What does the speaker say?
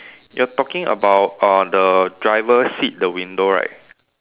you are talking about uh the driver seat the window right